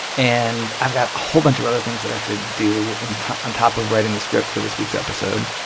and i've got a whole bunch of other things that i have to do and on top of writing the script for this week's episode.